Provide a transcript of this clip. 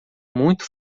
muito